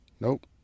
nope